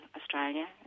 Australia